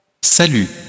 Salut